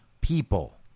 people